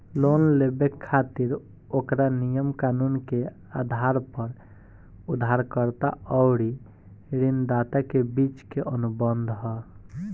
loan लेबे खातिर ओकरा नियम कानून के आधार पर उधारकर्ता अउरी ऋणदाता के बीच के अनुबंध ह